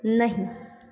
नहीं